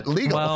legal